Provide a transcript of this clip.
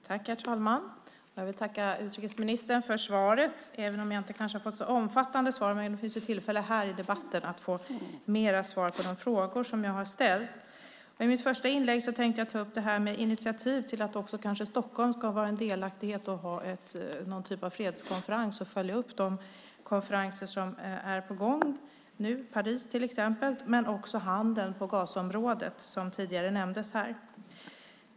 Herr talman! Jag vill tacka utrikesministern för svaret. Även om jag kanske inte har fått så omfattande svar finns det tillfälle här i debatten att få mer svar på de frågor som jag har ställt. I mitt första inlägg tänkte jag ta upp frågan om ett initiativ till att Stockholm ska vara delaktigt och ha någon typ av fredskonferens och följa upp de konferenser som är på gång, i Paris till exempel, men också handeln på Gazaområdet, som tidigare nämndes här.